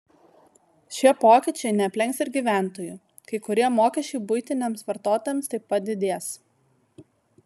šie pokyčiai neaplenks ir gyventojų kai kurie mokesčiai buitiniams vartotojams taip pat didės